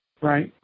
Right